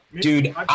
Dude